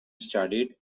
studied